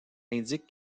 indiquent